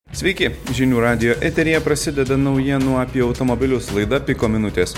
sveiki žinių radijo eteryje prasideda naujienų apie automobilius laida piko minutės